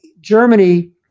germany